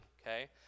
Okay